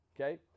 Okay